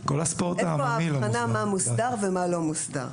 איפה ההבחנה בין מה מוסדר ומה לא מוסדר?